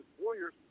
warriors